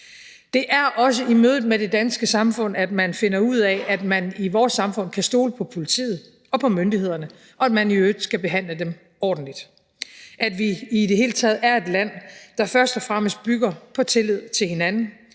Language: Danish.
Det er også i mødet med det danske samfund, at man finder ud af, at man kan stole på politiet og på myndighederne, og at man i øvrigt skal behandle dem ordentligt; at vi i det hele taget er et land, der først og fremmest bygger på tillid til hinanden,